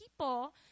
people